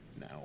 now